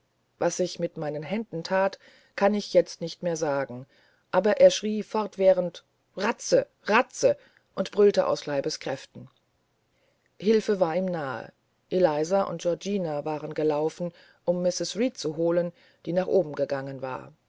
was ich mit meinen händen that kann ich jetzt nicht mehr sagen aber er schrie fortwährend ratze ratze und brüllte aus leibeskräften hilfe war ihm nahe eliza und georgina waren gelaufen um mrs reed zu holen die nach oben gegangen war